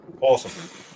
Awesome